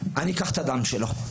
אני אקח את הדם שלו.